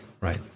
Right